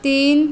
तीन